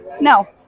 no